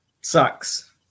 Sucks